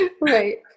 Right